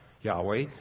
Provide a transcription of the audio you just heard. Yahweh